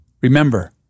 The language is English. Remember